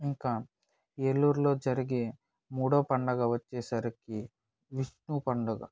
ఇంకా ఏలూరు లో జరిగే మూడో పండుగ వచ్చేసరికి విష్ణువు పండుగ